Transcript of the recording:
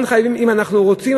אם אנחנו רוצים,